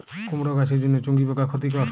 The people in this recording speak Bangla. কুমড়ো গাছের জন্য চুঙ্গি পোকা ক্ষতিকর?